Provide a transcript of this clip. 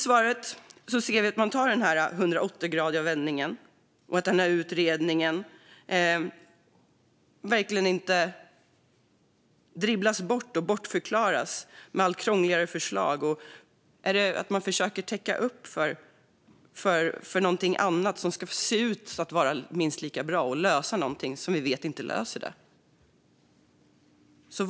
Svaret visar att man gör en 180 graders vändning och att utredningen dribblas bort och bortförklaras med allt krångligare förslag. Försöker man täcka upp för någonting annat och få det att se ut som om det är lika bra och är en lösning, när man vet att det inte fungerar?